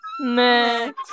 next